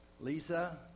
Lisa